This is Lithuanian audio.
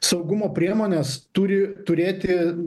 saugumo priemonės turi turėti